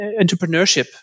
entrepreneurship